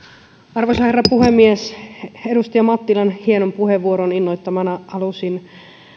arvoisa herra puhemies edustaja mattilan hienon puheenvuoron innoittamana halusin